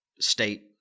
state